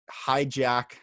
hijack